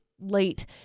late